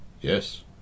Yes